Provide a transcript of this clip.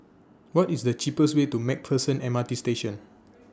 What IS The cheapest Way to MacPherson M R T Station